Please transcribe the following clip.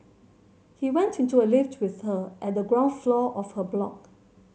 he went into a lift with her at the ground floor of her block